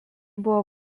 buvo